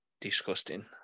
disgusting